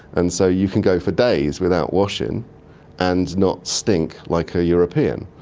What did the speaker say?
and so you can go for days without washing and not stink like a european.